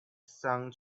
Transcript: some